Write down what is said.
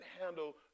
handle